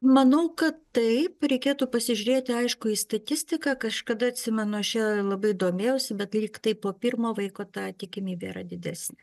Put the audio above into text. manau kad taip reikėtų pasižiūrėti ašku į statistiką kažkada atsimenu aš ja labai domėjausi bet lygtai po pirmo vaiko ta tikimybė yra didesnė